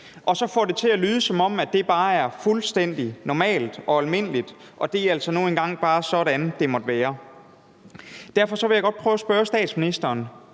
og så får det til at lyde, som om det bare er fuldstændig normalt og almindeligt, og som om det altså nu engang bare er sådan, det måtte være. Derfor vil jeg godt prøve at spørge statsministeren: